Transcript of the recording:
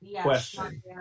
Question